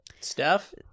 Steph